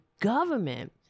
government